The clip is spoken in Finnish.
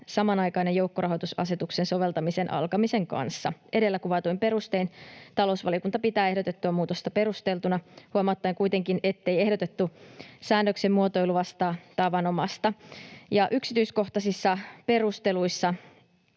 samanaikainen joukkorahoitusasetuksen soveltamisen alkamisen kanssa. Edellä kuvatuin perustein talousvaliokunta pitää ehdotettua muutosta perusteltuna, huomauttaen kuitenkin, ettei ehdotettu säännöksen muotoilu vastaa tavanomaista. Yksityiskohtaisissa perusteluissa